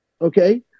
okay